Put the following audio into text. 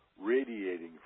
radiating